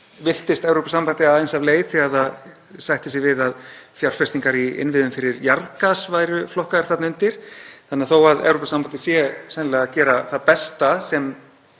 villtist Evrópusambandið aðeins af leið þegar það sætti sig við að fjárfestingar í innviðum fyrir jarðgas væru flokkaðir þarna undir þannig að þó að Evrópusambandið sé sennilega að gera það besta sem